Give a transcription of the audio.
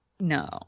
No